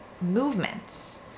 Movements